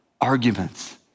arguments